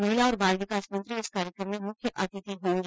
महिला और बाल विकास मंत्री इस कार्यक्रम में मुख्य अतिथि होंगी